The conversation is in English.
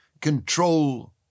control